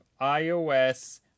iOS